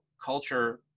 culture